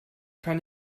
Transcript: kann